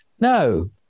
No